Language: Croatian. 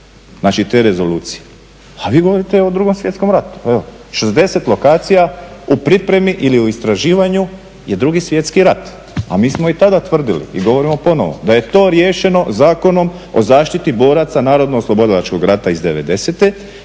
znači te rezolucije, a vi govorite o 2.svjetskom ratu. Evo 60 lokacija u pripremi ili u istraživanju je 2.svjetski rat. A mi smo i tada tvrdili i govorimo ponovo da je to riješeno Zakonom o zaštiti boraca Narodno oslobodilačkog rata iz